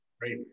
Great